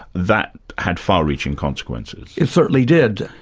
that had far-reaching consequences. it certainly did.